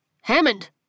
Hammond